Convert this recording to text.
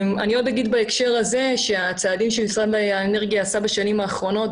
אני עוד אומר בהקשר הזה שהצעדים שמשרד האנרגיה עשה בשנים האחרונות,